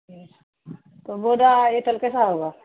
ھ تو بڈا یہ تل کیسا ہوگا